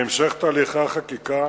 בהמשך תהליכי החקיקה